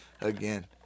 again